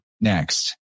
next